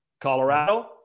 Colorado